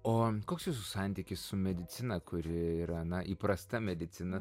o koks jūsų santykis su medicina kuri yra na įprasta medicina